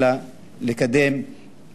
אלא לקדם,